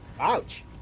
Ouch